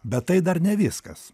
bet tai dar ne viskas